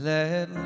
Let